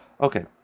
Okay